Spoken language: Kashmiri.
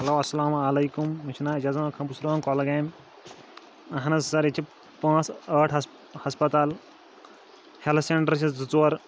ہٮ۪لو اَسَلام وعلیکُم مےٚ چھُ ناو جَزان بہٕ چھُس روزان کۄلگامہِ اہن حظ سَر ییٚتہِ چھِ پانٛژھ ٲٹھ ہَس ہَسپَتال ہٮ۪لٕتھ سٮ۪نٛٹَر چھِ زٕ ژور